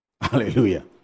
Hallelujah